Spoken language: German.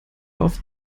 auf